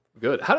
Good